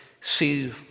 see